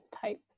type